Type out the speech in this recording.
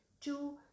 Two